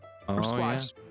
squats